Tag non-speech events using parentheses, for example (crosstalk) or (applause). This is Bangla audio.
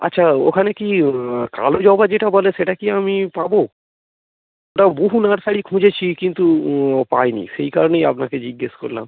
আচ্ছা ওখানে কি কালো জবা যেটা বলে সেটা কি আমি পাব (unintelligible) বহু নার্সারি খুঁজেছি কিন্তু পাইনি সেই কারণেই আপনাকে জিজ্ঞাসা করলাম